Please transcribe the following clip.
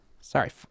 sorry